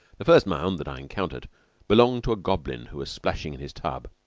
the first mound that i encountered belonged to a goblin who was splashing in his tub.